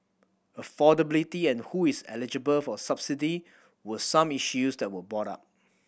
affordability and who is eligible for subsidy were some issues that were brought up